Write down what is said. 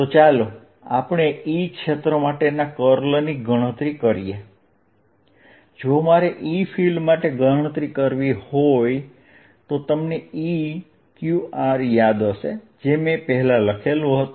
તો ચાલો આપણે E ક્ષેત્ર માટેના કર્લ ની ગણતરી કરીએ જો મારે E ફીલ્ડ માટે કર્લ ની ગણતરી કરવી હોય તો તમને Eqr' યાદ હશે જે મેં પહેલા લખ્યું હતું